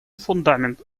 фундамент